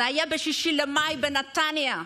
זה היה ב-6 במאי, בנתניה.